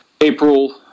April